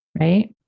Right